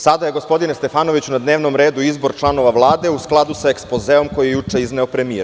Sada je, gospodine Stefanoviću, na dnevnom redu izbor članova Vlade, u skladu sa ekspozeom koji je juče izneo premijer.